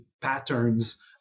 patterns